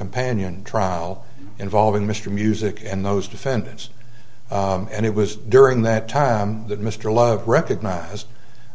companion trial involving mr music and those defendants and it was during that time that mr love recognized